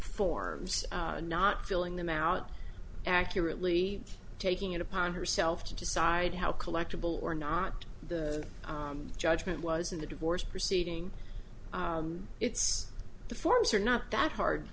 forms not filling them out accurately taking it upon herself to decide how collectible or not the judgment was in the divorce proceeding it's the forms are not that hard